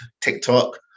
tiktok